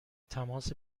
تماس